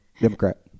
Democrat